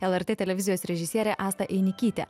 lrt televizijos režisierė asta einikytė